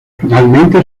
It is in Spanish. finalmente